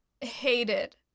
Hated